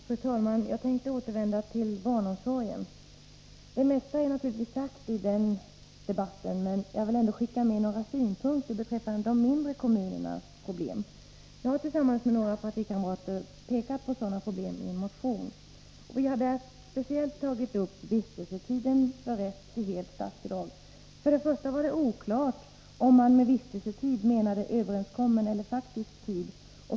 Fru talman! Jag tänkte återvända till barnomsorgen. Det mesta är naturligtvis sagt i den debatten, men jag vill ändå skicka med några synpunkter beträffande de mindre kommunernas problem. Jag har tillsammans med några partikamrater pekat på sådana problem i en motion. Vi har där speciellt tagit upp vistelsetiden för rätt till helt statsbidrag. För det första var det oklart om man med vistelsetid menade överenskommen eller faktisk tid.